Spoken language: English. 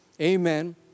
Amen